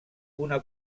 una